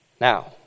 Now